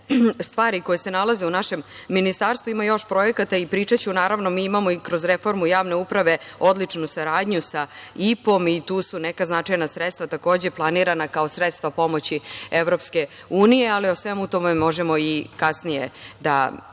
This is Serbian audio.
stvari koje se nalaze u našem ministarstvu. Ima još projekata i pričaću, naravno. Mi imamo i kroz reformu javne uprave odličnu saradnju sa IPA i tu su neka značajna sredstva takođe planirana kao sredstva pomoći Evropske unije, ali o svemu tome možemo i kasnije da govorimo.